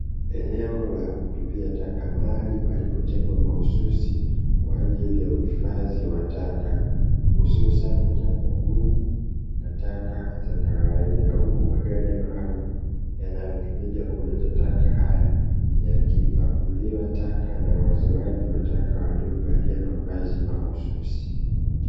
Eneo la kutupia taka mahali palipotengwa mahususi kwa ajili ya uhifadhi wa taka hususan taka ngumu na taka za kawaida. Huku magari maalumu yanayotumika kuleta taka hayo yakipakuliwa taka na wazoaji wa taka waliovalia mavazi mahususi.